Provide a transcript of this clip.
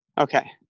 Okay